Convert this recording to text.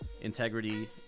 integrity